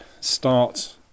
start